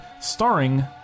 starring